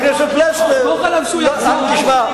סמוך עליו שהוא יחזור בו.